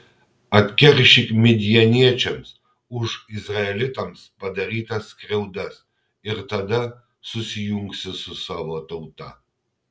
atkeršyk midjaniečiams už izraelitams padarytas skriaudas ir tada susijungsi su savo tauta